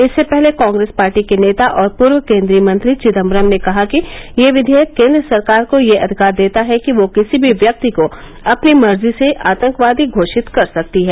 इससे पहले कांग्रेस पार्टी के नेता और पूर्व केन्द्रीय मंत्री चिदम्बरम ने कहा कि यह विधेयक केन्द्र सरकार को यह अधिकार देता है कि वह किसी भी व्यक्ति को अपनी मर्जी से आंतकवादी घोषित कर सकती है